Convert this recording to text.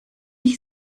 ich